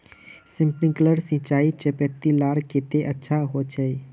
Sprinkler सिंचाई चयपत्ति लार केते अच्छा होचए?